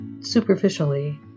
superficially